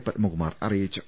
പത്മകുമാർ അറിയിച്ചു